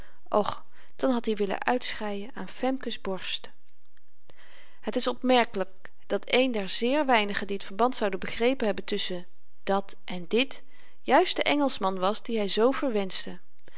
och dan had i willen uitschreien aan femke's borst het is opmerkelyk dat een der zéér weinigen die t verband zouden begrepen hebben tusschen dat en dit juist de engelschman was die hy zoo verwenschte